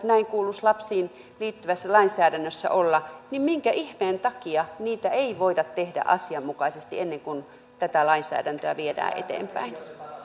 näin kuuluisi lapsiin liittyvässä lainsäädännössä olla niin minkä ihmeen takia niitä ei voida tehdä asianmukaisesti ennen kuin tätä lainsäädäntöä viedään eteenpäin